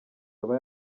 aba